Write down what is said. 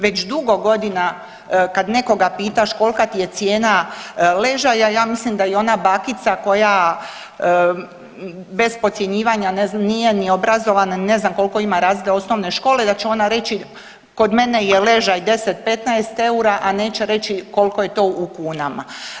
Već dugo godina kad nekoga pitaš kolika ti je cijena ležaja ja mislim da i ona bakica koja bez podcjenjivanja nije ni obrazovana, ne znam koliko ima razreda osnovne škole, da će ona reći kod mene je ležaj 10, 15 eura, a neće reći koliko je to u kunama.